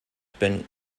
been